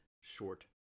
short